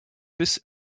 bis